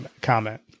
comment